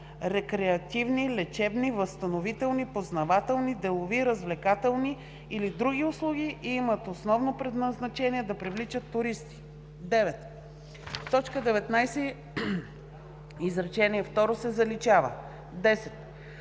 рекреативни, лечебни, възстановителни, познавателни, делови, развлекателни или други услуги и имат основно предназначение да привличат туристи.“ 9. В т. 19 изречение второ се заличава. 10.